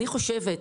לדעתי,